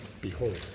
behold